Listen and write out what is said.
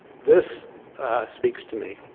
this speaks to me.